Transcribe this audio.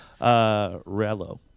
Rello